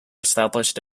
established